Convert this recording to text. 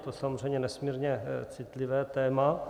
Je to samozřejmě nesmírně citlivé téma.